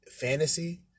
fantasy